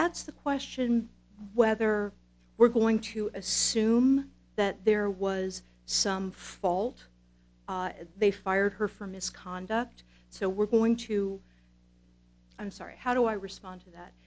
that's the question whether we're going to assume that there was some fault they fired her for misconduct so we're going to i'm sorry how do i respond to that